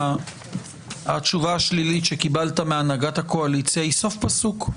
התשובה השלילית שקיבלת מהנהגת הקואליציה היא סוף פסוק?